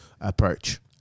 approach